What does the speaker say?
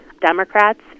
Democrats